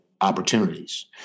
Opportunities